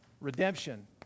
redemption